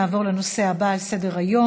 נעבור לנושא הבא על סדר-היום,